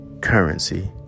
currency